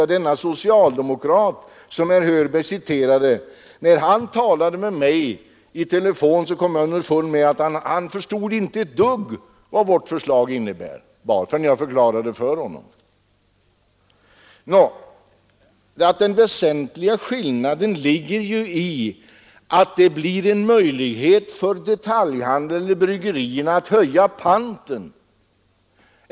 När den socialdemokrat som herr Hörberg citerade talade med mig i telefon kom jag underfund med att han inte förstod ett dugg av vad vårt förslag innebar, utan det förklarade jag för honom. Den väsentligaste skillnaden ligger ju i att det blir möjligt för detaljhandeln att höja panten.